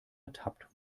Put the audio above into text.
ertappt